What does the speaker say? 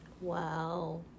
Wow